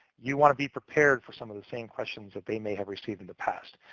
you want to be prepared for some of the same questions that they may have received in the past.